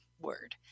word